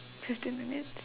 fifteen minutes